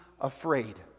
afraid